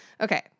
okay